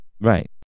Right